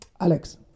Alex